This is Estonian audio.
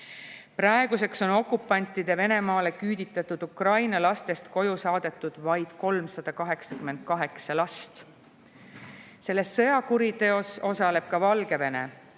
Praeguseks on Venemaale küüditatud Ukraina lastest koju saadetud vaid 388 last. Selles sõjakuriteos osaleb ka Valgevene.